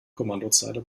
kommandozeile